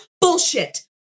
Bullshit